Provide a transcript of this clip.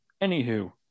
Anywho